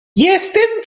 jestem